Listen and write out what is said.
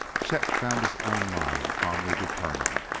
chet found his own mind calmly determined,